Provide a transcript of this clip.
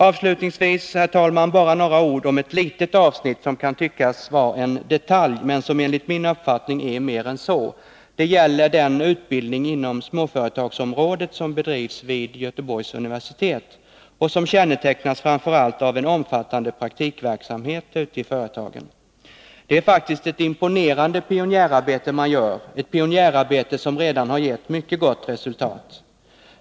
Avslutningsvis, herr talman, bara några ord om ett litet avsnitt, som kan tyckas vara en detalj men som enligt min uppfattning är mer än så. Det gäller den utbildning inom småföretagsområdet som bedrivs vid Göteborgs universitet och som kännetecknas framför allt av en omfattande praktikverksamhet ute i företagen. Det är faktiskt ett imponerande pionjärarbete man gör, ett pionjärarbete som redan har gett mycket gott resultat.